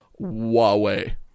Huawei